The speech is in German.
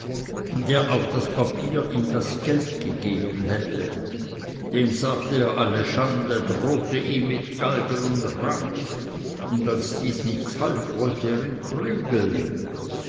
der auf das papier hin das geld gegeben hätte dem sagte er alle schande drohte ihm mit galgen und rad und als dies nichts half wollte er ihn prügeln